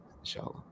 inshallah